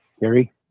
Gary